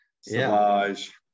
Savage